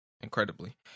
incredibly